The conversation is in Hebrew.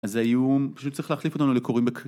אז האיום פשוט צריך להחליף אותנו לקוראים